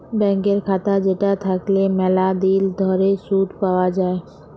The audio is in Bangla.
ব্যাংকের খাতা যেটা থাকল্যে ম্যালা দিল ধরে শুধ পাওয়া যায়